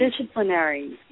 disciplinary